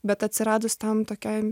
bet atsiradus tam tokiai